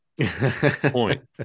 point